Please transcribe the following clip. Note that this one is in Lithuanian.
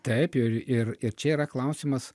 taip ir ir ir čia yra klausimas